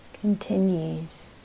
continues